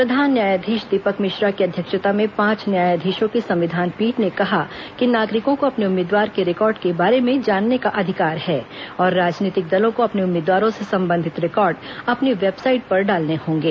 प्रधान न्यायाधीश दीपक मिश्रा की अध्यक्षता में पांच न्यायाधीशों की संविधान पीठ ने कहा कि नागरिकों को अपने उम्मीदवार के रिकॉर्ड के बारे में जानने का अधिकार है और राजनीतिक दलों को अपने उम्मीदवारों से संबंधित रिकॉर्ड अपनी वेबसाइट पर डालने होंगे